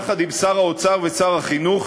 יחד עם שר האוצר ושר החינוך,